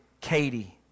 Katie